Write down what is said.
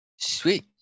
Sweet